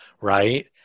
Right